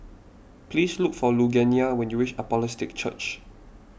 please look for Lugenia when you reach Apostolic Church